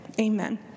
amen